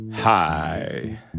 Hi